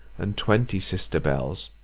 and twenty sister bell's,